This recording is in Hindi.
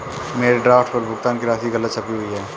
मेरे ड्राफ्ट पर भुगतान की राशि गलत छपी हुई है